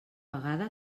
vegada